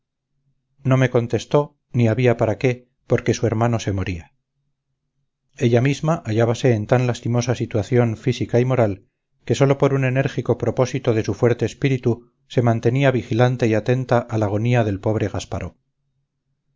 no me contestó ni había para qué porque su hermano se moría ella misma hallábase en tan lastimosa situación física y moral que sólo por un enérgico propósito de su fuerte espíritu se mantenía vigilante y atenta a la agonía del pobre gasparó sin